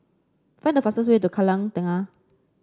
find the fastest way to Kallang Tengah